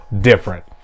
different